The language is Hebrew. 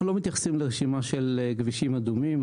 מתייחסים לרשימה של כבישים אדומים.